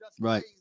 right